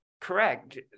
correct